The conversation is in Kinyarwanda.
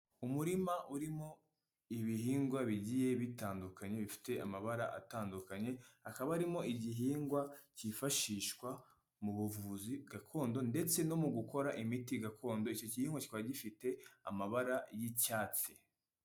Umurima urimo ibihingwa bigiye bitandukanye bifite amabara atandukanye hakaba harimo igihingwa kifashishwa mu buvuzi gakondo ndetse no mu gukora imiti gakondo. Icyo gihingwa kikaba gifite amabara y'icyatsi.